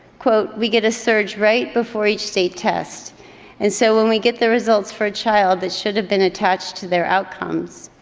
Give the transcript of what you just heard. quote we get a surge right before each state test and so when we get the results for a child that should have been attached to their outcomes,